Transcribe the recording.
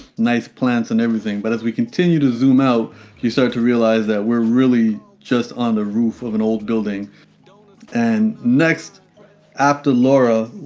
nice plants and everything but as we continue to zoom out you start to realize that we're really just on the roof of an old building and next after laura,